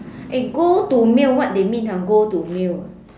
eh go to meal what they mean ah go to meal